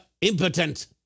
impotent